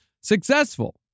successful